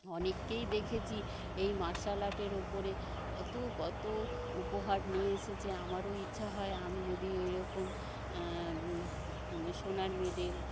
অনেককেই দেখেছি এই মার্শাল আর্টের ওপরে কত কত উপহার নিয়ে এসেছে আমারও ইচ্ছা হয় আমি যদি ওই রকম সোনার মেডেল